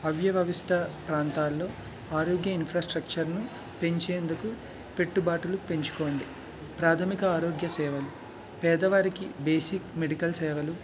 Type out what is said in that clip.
అవ్య అవిస్తా ప్రాంతాల్లో ఆరోగ్య ఇన్ఫ్రాస్ట్రక్చర్ను పెంచేందుకు పెట్టు బాటలు పెంచుకోండి ప్రాథమిక ఆరోగ్య సేవలు పేదవారికి బేసిక్ మెడికల్ సేవలు